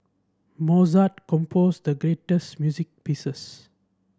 Mozart composed the great music pieces